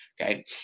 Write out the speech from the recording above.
okay